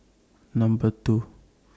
Number two